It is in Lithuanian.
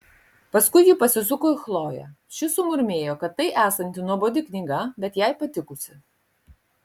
paskui ji pasisuko į chloję ši sumurmėjo kad tai esanti nuobodi knyga bet jai patikusi